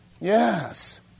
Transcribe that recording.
Yes